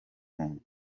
muntu